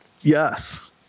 Yes